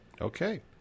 Okay